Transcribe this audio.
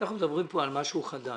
אנחנו מדברים פה על משהו חדש,